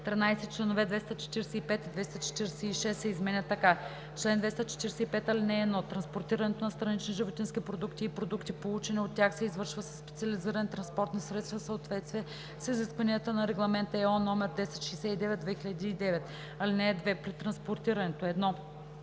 13.Членове 245 и 246 се изменят така: „Чл. 245. (1) Транспортирането на странични животински продукти и продукти, получени от тях, се извършва със специализирани транспортни средства в съответствие с изискванията по Регламент (ЕО) № 1069/2009. (2) При транспортирането: